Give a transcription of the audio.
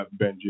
Benji